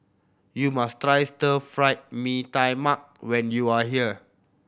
you must try Stir Fry Mee Tai Mak when you are here